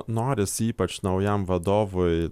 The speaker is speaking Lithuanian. noris ypač naujam vadovui